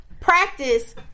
practice